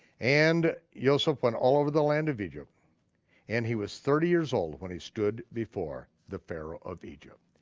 and yoseph went all over the land of egypt and he was thirty years old when he stood before the pharaoh of egypt.